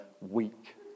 weak